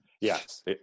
Yes